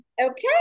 Okay